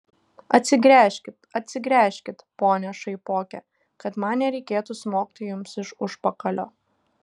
atsigręžkit atsigręžkit pone šaipoke kad man nereikėtų smogti jums iš užpakalio